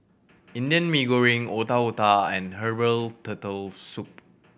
Indian Mee Goreng Otak Otak and herbal Turtle Soup